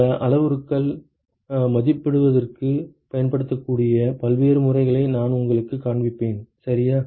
இந்த அளவுருக்கள் மதிப்பிடுவதற்குப் பயன்படுத்தக்கூடிய பல்வேறு முறைகளை நான் உங்களுக்குக் காண்பிப்பேன் சரியா